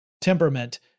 temperament